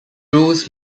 rules